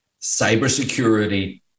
cybersecurity